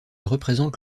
représente